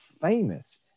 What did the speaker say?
famous